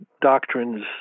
doctrines